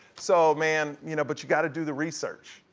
so man, you know, but you gotta do the research,